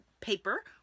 Paper